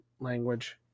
language